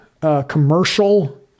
commercial